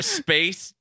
space